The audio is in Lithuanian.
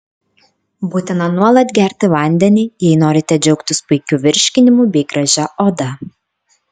būtina nuolat gerti vandenį jei norite džiaugtis puikiu virškinimu bei gražia oda